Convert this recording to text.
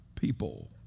people